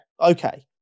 Okay